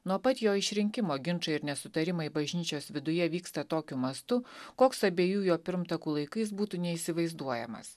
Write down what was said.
nuo pat jo išrinkimo ginčai ir nesutarimai bažnyčios viduje vyksta tokiu mastu koks abiejų jo pirmtakų laikais būtų neįsivaizduojamas